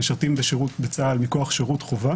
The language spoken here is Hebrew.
הם משרתים בצה"ל מכוח שירות חובה.